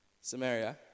Samaria